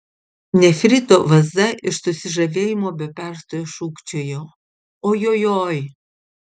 nefrito vaza iš susižavėjimo be perstojo šūkčiojo ojojoi